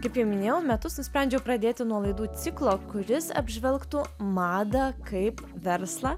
kaip jau minėjau metus nusprendžiau pradėti nuo laidų ciklo kuris apžvelgtų madą kaip verslą